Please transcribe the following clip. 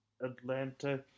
Atlanta